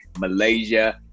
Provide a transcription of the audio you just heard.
Malaysia